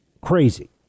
crazy